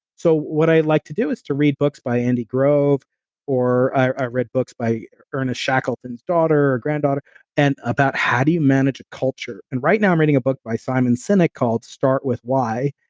so what i like to do is to read books by andy grove or i read books by ernest shackleton's daughter granddaughter and about how do you manage culture. and right now, i'm reading a book by simon sinek called start with why.